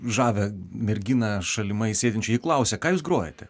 žavią merginą šalimais sėdinčią ji klausia ką jūs grojate